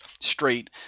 straight